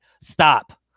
Stop